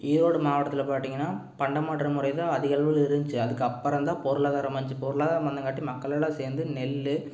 ஈரோடு மாவட்டத்தில் பார்த்தீங்கன்னா பண்டம் மாற்றம் முறையில் அதிகளவில் இருந்துச்சு அதுக்கப்புறம் தான் பொருளாதாரம் வந்துச்சு பொருளாதாரம் வந்தங்காட்டி மக்களெல்லாம் சேர்ந்து நெல்